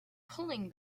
pulling